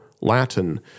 Latin